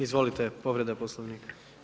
Izvolite, povreda Poslovnika.